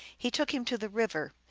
he took him to the river,